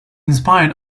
inspired